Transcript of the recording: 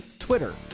Twitter